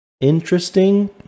interesting